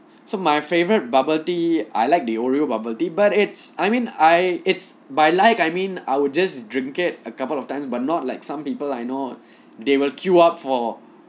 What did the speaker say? so my favorite bubble tea I like the oreo bubble tea but it's I mean I it's by like I mean I will just drink it a couple of times but not like some people I know they will queue up for